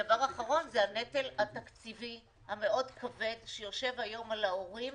והדבר האחרון זה הנטל התקציבי המאוד כבד שיושב היום על ההורים